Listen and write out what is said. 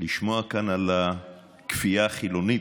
לשמוע כאן על הכפייה החילונית.